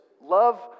love